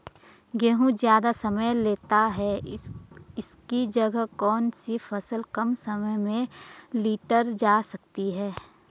गेहूँ ज़्यादा समय लेता है इसकी जगह कौन सी फसल कम समय में लीटर जा सकती है?